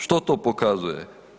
Što to pokazuje?